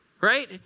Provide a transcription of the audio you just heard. Right